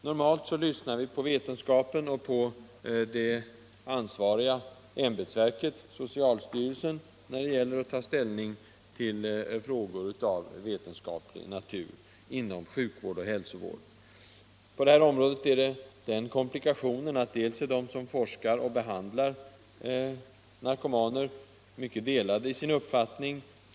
Normalt lyssnar vi på vetenskapen och på det ansvariga ämbetsverket, socialstyrelsen, när det gäller att ta ställning till frågor av vetenskaplig natur inom sjukvård och hälsovård. Men på det här området möter vi den komplikationen att de som forskar och arbetar inom vården är mycket delade i sin uppfattning.